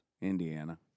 Indiana